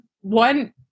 one